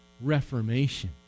Reformation